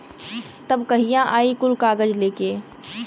तब कहिया आई कुल कागज़ लेके?